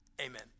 amen